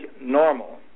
normal